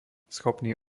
schopný